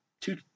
two